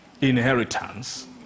inheritance